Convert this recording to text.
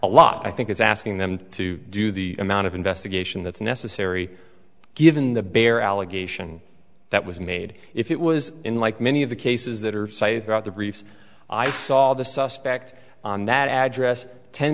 a lot i think is asking them to do the amount of investigation that's necessary given the bare allegation that was made if it was in like many of the cases that are say throughout the briefs i saw the suspect on that address ten